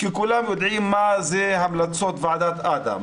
כי כולם יודעים מה זה המלצות ועדת אדם,